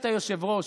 היושב-ראש,